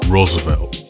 Roosevelt